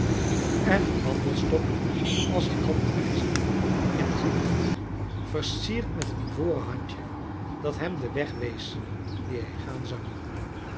en een wandelstok als een handwijzer in de hand had versierd met een ivoren handje dat hem den weg wees dien hij gaan zou